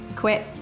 quit